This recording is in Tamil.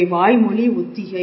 இவை வாய்மொழி ஒத்திகை